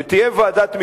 שתהיה ועדת משנה,